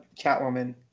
Catwoman